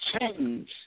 change